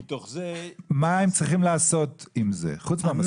מה הם צריכים לעשות עם זה חוץ מהמשכורות?